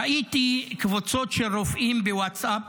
ראיתי קבוצות של רופאים בווטסאפ,